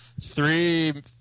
three